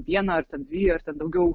vieną ar ten dvi ar ten daugiau